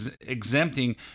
exempting